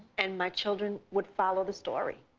and my children would follow the story.